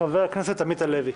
חבר הכנסת עמית הלוי.